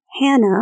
Hannah